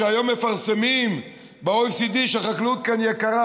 היום מפרסמים ב-OECD שהחקלאות כאן יקרה,